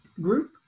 group